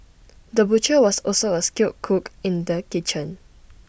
the butcher was also A skilled cook in the kitchen